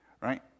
right